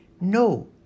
No